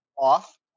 off